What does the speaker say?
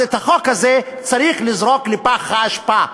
אז את החוק הזה צריך לזרוק לפח האשפה.